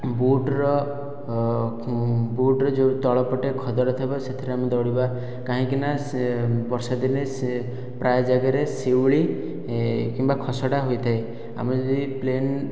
ବୁଟ୍ର ବୁଟ୍ର ଯେଉଁ ତଳପଟେ ଖଦଡ଼ ଥିବ ସେଥିରେ ଆମେ ଦୌଡ଼ିବା କାହିଁକିନା ବର୍ଷା ଦିନେ ପ୍ରାୟ ଜାଗାରେ ଶିଉଳି କିମ୍ବା ଖସଡ଼ା ହୋଇଥାଏ ଆମେ ଯଦି ପ୍ଲେନ